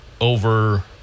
over